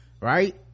right